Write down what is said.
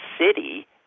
city